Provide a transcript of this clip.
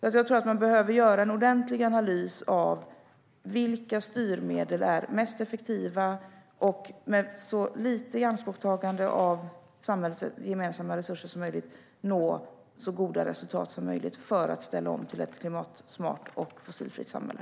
Jag tror därför att man behöver göra en ordentlig analys av vilka styrmedel som är mest effektiva och med vilka man, med så lite som möjligt av samhällets gemensamma resurser tagna i anspråk, når så goda resultat som möjligt när det gäller att ställa om till ett klimatsmart och fossilfritt samhälle.